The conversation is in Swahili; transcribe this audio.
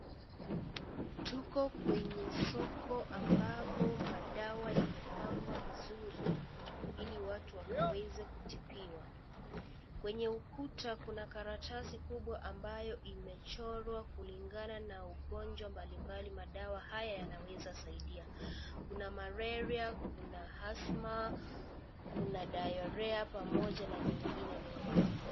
Tuko kwenye soko ambapo madawa yamepangwa vizuri ili watu wakaweza kutibiwa, kwenye ukuta kuna Karatasi kubwa ambayo imechorwa kulingana na ugonjwa mbalimbali . Madawa haya yanaweza saidia. Kuna malaria kuna (CS)asthma(CS ),kuna (CS)diarrhea(CS)pamoja na mengine mengi.